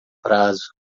prazo